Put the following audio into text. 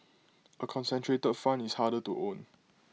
A concentrated fund is harder to own